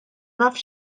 nafx